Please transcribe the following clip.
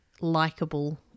likable